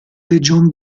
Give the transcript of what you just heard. legion